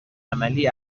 عملی